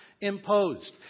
Imposed